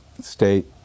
state